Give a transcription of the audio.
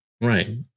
Right